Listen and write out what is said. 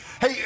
hey